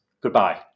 Goodbye